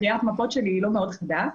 קריאת המפות שלי היא לא מאוד חדה,